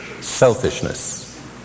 selfishness